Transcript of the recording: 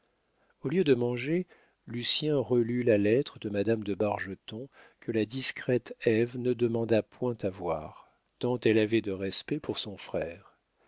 au lieu de manger lucien relut la lettre de madame de bargeton que la discrète ève ne demanda point à voir tant elle avait de respect pour son frère